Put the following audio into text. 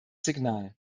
signal